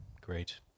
Great